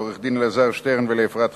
לעורך-הדין אלעזר שטרן ולאפרת חקאק,